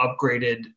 upgraded